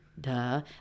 duh